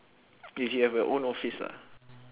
if you have your own office lah